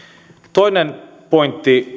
toinen pointti